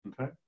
Okay